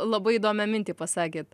labai įdomią mintį pasakėt